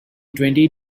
twenty